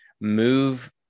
move